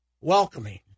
welcoming